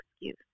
excuse